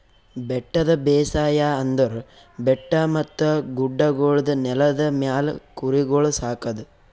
ಬೆಟ್ಟದ ಬೇಸಾಯ ಅಂದುರ್ ಬೆಟ್ಟ ಮತ್ತ ಗುಡ್ಡಗೊಳ್ದ ನೆಲದ ಮ್ಯಾಲ್ ಕುರಿಗೊಳ್ ಸಾಕದ್